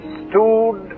stood